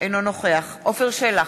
אינו נוכח עפר שלח,